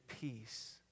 peace